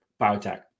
biotech